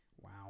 Wow